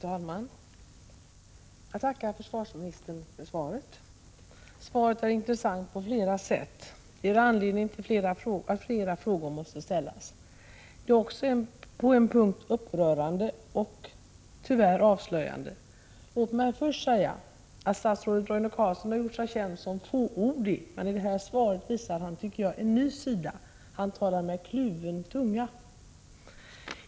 Fru talman! Jag tackar försvarsministern för svaret. Svaret är intressant på flera sätt. Det ger anledning till att flera frågor måste ställas. Det är också på en punkt upprörande och tyvärr avslöjande. Låt mig först säga: Statsrådet Roine Carlsson har gjort sig känd som fåordig, men i detta svar visar han en ny sida — han talar med kluven tunga.